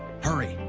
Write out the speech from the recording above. hurry,